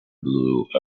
blue